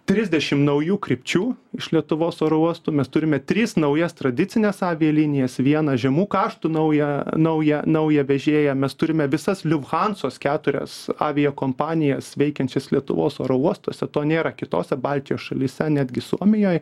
trisdešim naujų krypčių iš lietuvos oro uostų mes turime tris naujas tradicines avialinijas vieną žemų kaštų naują naują naują vežėją mes turime visas liufhanzos keturias aviakompanijas veikiančias lietuvos oro uostuose to nėra kitose baltijos šalyse netgi suomijoj